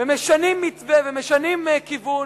ומשנים מתווה ומשנים כיוון,